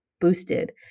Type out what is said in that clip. boosted